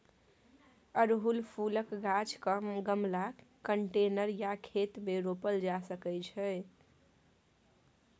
अड़हुल फुलक गाछ केँ गमला, कंटेनर या खेत मे रोपल जा सकै छै